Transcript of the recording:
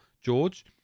George